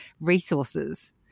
resources